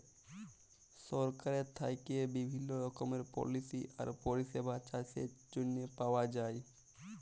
সরকারের থ্যাইকে বিভিল্ল্য রকমের পলিসি আর পরিষেবা চাষের জ্যনহে পাউয়া যায়